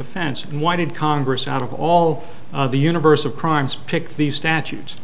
offense and why did congress out of all the universe of crimes pick these statutes